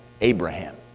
Abraham